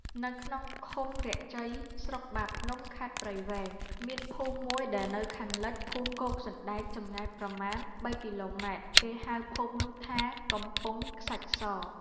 នៅក្នុង ឃុំរាក់ជ័យ ស្រុកបាភ្នំ ខេត្តព្រៃវែង មានភូមិមួយដែលនៅខាងលិចភូមិគោកសណ្តែក ចម្ងាយប្រមាណ ៣ គីឡូម៉ែត្រ គេហៅភូមិនោះថា “កំពង់ខ្សាច់ស”។